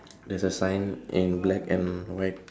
there's a sign in black and white